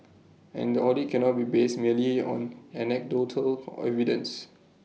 and the audit cannot be based merely on anecdotal evidence